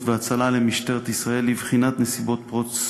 והצלה למשטרת ישראל לבחינת נסיבות פרוץ